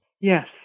Yes